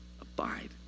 Abide